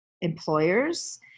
employers